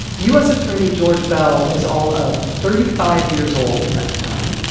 u s. attorney george beall was all of thirty five years old at the time.